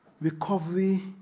recovery